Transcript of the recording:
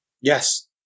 Yes